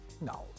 No